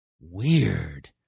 Weird